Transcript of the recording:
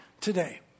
today